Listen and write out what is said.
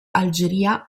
algeria